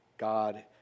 God